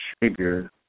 trigger